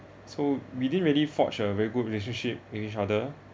so we didn't really forge a very good relationship with each other